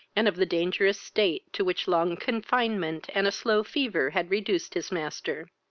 and of the dangerous state to which long confinement and a slow fever had reduced his master.